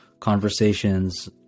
conversations